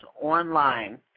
online